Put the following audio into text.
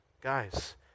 guys